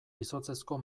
izotzezko